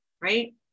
right